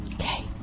Okay